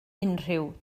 unrhyw